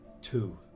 Two